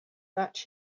that